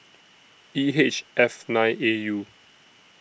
E H F nine A U